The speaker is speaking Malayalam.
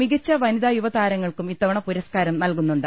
മികച്ച വനി തായുവതാരങ്ങൾക്കും ഇത്തവണ പുരസ്കാരം നൽകുന്നുണ്ട്